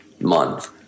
month